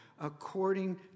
according